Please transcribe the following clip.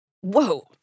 Whoa